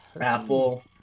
apple